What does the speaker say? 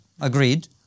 agreed